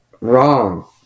Wrong